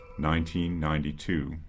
1992